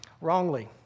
wrongly